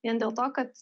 vien dėl to kad